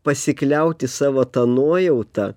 pasikliauti savo ta nuojauta